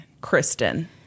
Kristen